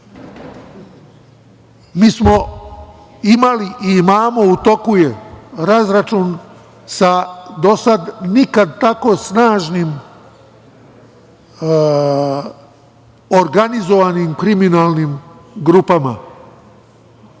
mi smo imali i imamo, u toku je razračun sa do sada nikad tako snažnim organizovanim kriminalnim grupama,